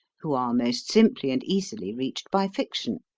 who are most simply and easily reached by fiction.